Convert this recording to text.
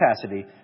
capacity